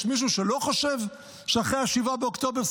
יש מישהו שלא חושב שאחרי 7 באוקטובר,